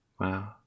Wow